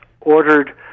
ordered